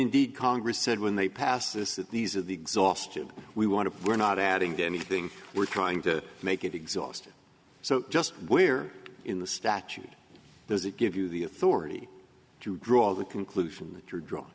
indeed congress said when they passed this that these are the exhaustion we want to we're not adding to anything we're trying to make it exhausted so just we're in the statute does it give you the authority to draw the conclusion that you're dr